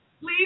please